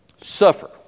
suffer